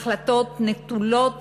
החלטות נטולות